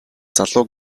залуу